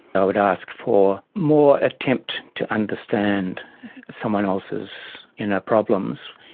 i would ask for more attempt to understand someone else's inner problems.